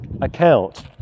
account